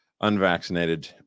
unvaccinated